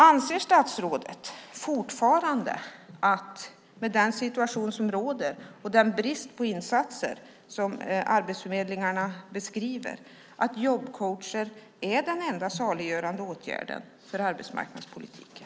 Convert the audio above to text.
Anser statsrådet fortfarande, med tanke på den situation som råder och den brist på insatser som Arbetsförmedlingen beskriver, att jobbcoacher är den allena saliggörande åtgärden för arbetsmarknadspolitiken?